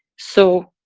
so,